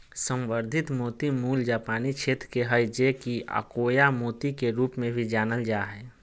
संवर्धित मोती मूल जापानी क्षेत्र के हइ जे कि अकोया मोती के रूप में भी जानल जा हइ